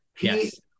yes